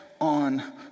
on